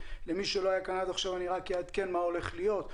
למי שלא היה כאן אני אעדכן מה הולך להיות.